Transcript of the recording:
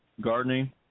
gardening